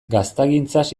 gaztagintzaz